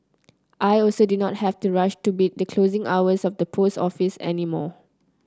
I also do not have to rush to beat the closing hours of the post office any more